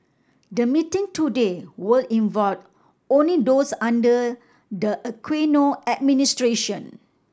the meeting today will involve only those under the Aquino administration